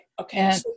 okay